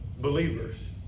believers